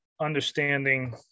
understanding